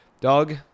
Doug